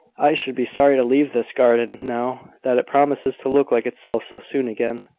i should be sorry to leave this garden now that it promises to look like itself so soon again.